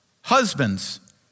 Husbands